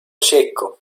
secco